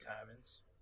diamonds